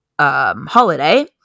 holiday